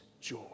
joy